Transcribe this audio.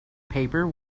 paper